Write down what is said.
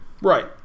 Right